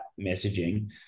messaging